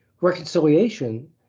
Reconciliation